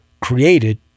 created